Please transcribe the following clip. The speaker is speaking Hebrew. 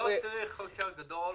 לא צריך חוקר גדול.